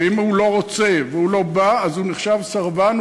ואם הוא לא רוצה והוא לא בא אז הוא נחשב סרבן,